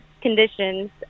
conditions